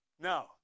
No